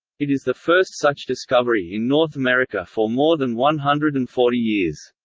it is the first such discovery in north america for more than one hundred and forty years.